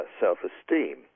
self-esteem